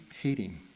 hating